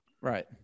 Right